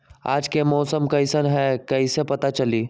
आज के मौसम कईसन हैं कईसे पता चली?